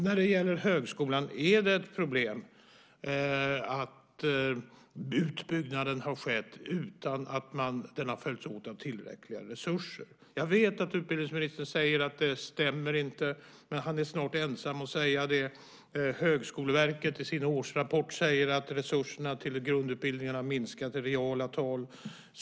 När det gäller högskolan är det ett problem att utbyggnaden har skett utan att den har följts åt av tillräckliga resurser. Jag vet att utbildningsministern säger att det inte stämmer. Men han är snart ensam om att säga det. Högskoleverket säger i sin årsrapport att resurserna till grundutbildningen har minskat i reala tal.